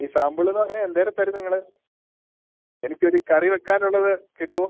ഈ സാമ്പിൾ എന്ന് പറഞ്ഞാൽ എന്തേരന്തരും നിങ്ങൾ എനിക്ക് ഒരു കറി വയ്ക്കാനുള്ളത് കിട്ടുമോ